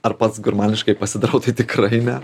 ar pats gurmaniškai pasidarau tai tikrai ne